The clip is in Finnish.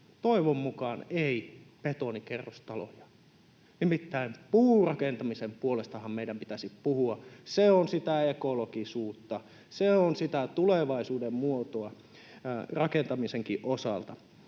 toivon mukaan ei betonikerrostaloja, nimittäin puurakentamisen puolestahan meidän pitäisi puhua. Se on sitä ekologisuutta. Se on sitä tulevaisuuden muotoa rakentamisenkin osalta.